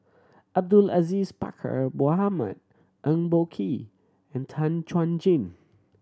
Abdul Aziz Pakkeer Mohamed Eng Boh Kee and Tan Chuan Jin